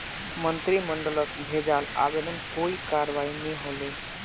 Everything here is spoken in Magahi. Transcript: मंत्रिमंडलक भेजाल आवेदनत कोई करवाई नी हले